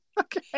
Okay